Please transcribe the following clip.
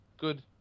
good